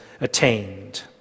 attained